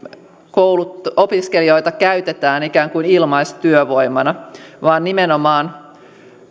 opiskelijoita käytetään ikään kuin ilmaistyövoimana vaan nimenomaan